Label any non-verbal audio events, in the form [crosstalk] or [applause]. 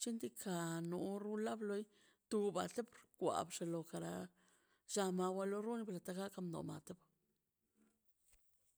chendika no no rula loi tu base bkwai xilo kara llama lo runka [unintelligible]